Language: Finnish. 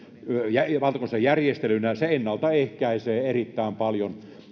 ja valtakunnallisena järjestelynä se ennalta ehkäisee erittäin paljon